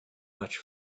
much